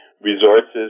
resources